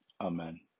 Amen